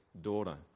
daughter